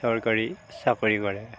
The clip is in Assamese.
চৰকাৰী চাকৰি কৰে